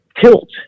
tilt